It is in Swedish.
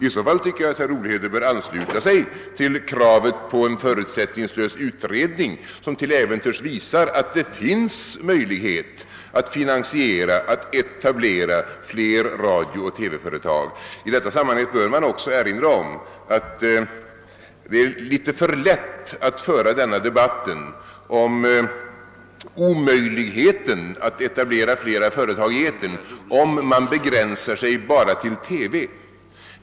I så fall tycker jag, att herr Olhede bör ansluta sig till kravet på en för utsättningslös utredning, som till äventyrs visar, att det finns möjlighet att finansiera och etablera fler radiooch TV-företag. I detta sammanhang bör man också erinra om att det är litet för enkelt att föra denna debatt om möjligheten att etablera fler företag i etern, om man begränsar sig bara till TV.